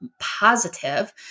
positive